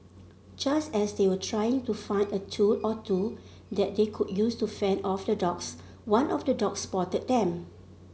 just as they were trying to find a tool or two that they could use to fend off the dogs one of the dogs spotted them